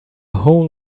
whole